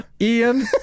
Ian